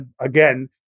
again